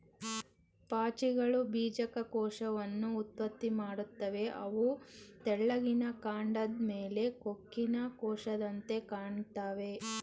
ಪಾಚಿಗಳು ಬೀಜಕ ಕೋಶವನ್ನ ಉತ್ಪತ್ತಿ ಮಾಡ್ತವೆ ಅವು ತೆಳ್ಳಿಗಿನ ಕಾಂಡದ್ ಮೇಲೆ ಕೊಕ್ಕಿನ ಕೋಶದಂತೆ ಕಾಣ್ತಾವೆ